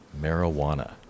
marijuana